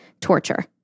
torture